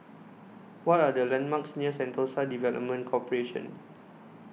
What Are The landmarks near Sentosa Development Corporation